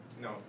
No